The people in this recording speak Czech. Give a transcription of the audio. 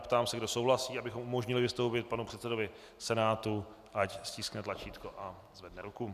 Ptám se, kdo souhlasí, abychom umožnili vystoupit panu předsedovi Senátu, ať stiskne tlačítko a zvedne ruku.